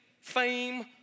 fame